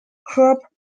herb